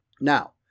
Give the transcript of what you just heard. Now